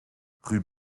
rue